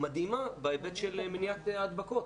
מדהימה בהיבט של מניעת הדבקות,